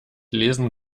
lesen